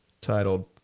titled